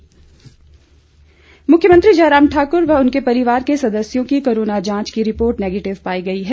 मुख्यमंत्री कोरोना मुख्यमंत्री जयराम ठाकुर व उनके परिवार के सदस्यों की कोरोना जांच की रिपोर्ट नैगेटिव पाई गई है